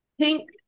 pink